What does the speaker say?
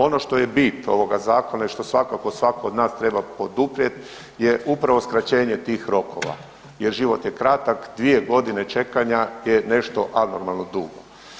Ono što je bit ovoga zakona je što svakako svako od nas treba poduprijet je upravo skraćenje tih rokova jer život je kratak, dvije godine čekanja je nešto abnormalno dugo.